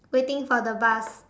waiting for the bus